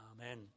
amen